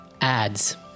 Ads